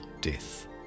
death